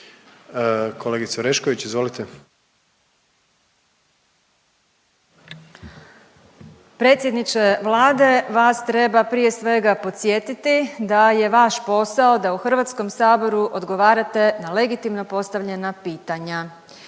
imenom i prezimenom)** Predsjedniče Vlade vas treba prije svega podsjetiti da je vaš posao da u Hrvatskom saboru odgovarate na legitimno postavljena pitanja.